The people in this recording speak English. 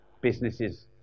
businesses